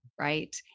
Right